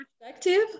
perspective